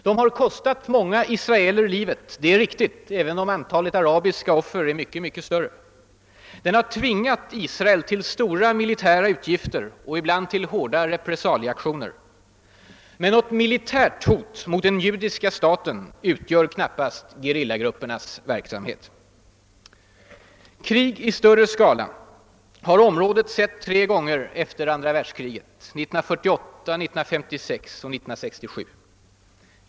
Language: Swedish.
Den har kostat många israeler livet; det är riktigt även om antalet arabiska offer är mycket, mycket större. Den har tvingat Israel till stora militära utgifter och ibland till hårda repressalieaktioner. Men något militärt hot mot den judiska staten utgör knappast gerillagruppernas verksamhet. Krig i större skala har området sett tre gånger efter andra världskriget: 1948, 1956 och 1967.